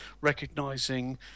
recognising